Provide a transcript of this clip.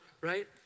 right